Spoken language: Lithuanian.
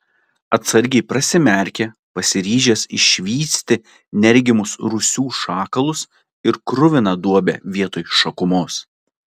atsargiai prasimerkė pasiryžęs išvysti neregimus rūsių šakalus ir kruviną duobę vietoj šakumos